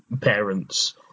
parents